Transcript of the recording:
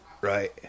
right